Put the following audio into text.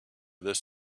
this